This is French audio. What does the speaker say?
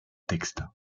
texte